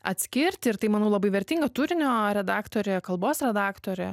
atskirti ir tai manau labai vertinga turinio redaktorė kalbos redaktorė